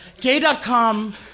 Gay.com